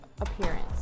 appearance